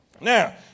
Now